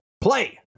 play